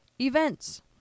events